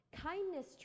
Kindness